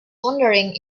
wondering